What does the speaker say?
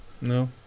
No